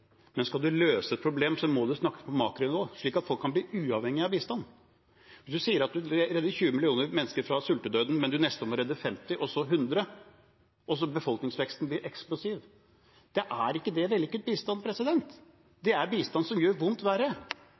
men skal man løse et problem, må man snakke på makronivå, slik at folk kan bli uavhengige av bistand. Statsråden sier at han redder 20 millioner mennesker fra sultedøden, mens han i neste omgang vil redde 50 og så 100 – og så vil befolkningsveksten bli eksplosiv. Da er ikke det vellykket bistand, det er bistand som gjør vondt verre.